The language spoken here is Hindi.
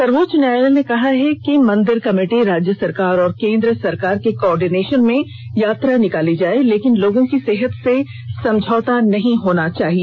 सर्वोच्च न्यायालय ने कहा है कि मंदिर कमेटी राज्य सरकार और केंद्र सरकार के को ऑर्डिनेशन में यात्रा निकालें लेकिन लोगों की सेहत से समझौता नहीं होना चाहिए